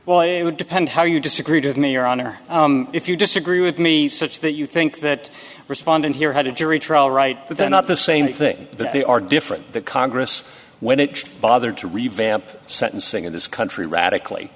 well it would depend how you disagreed with me your honor if you disagree with me such that you think that respondent here had a jury trial right but they're not the same thing but they are different the congress when it bothered to revamp sentencing in this country radically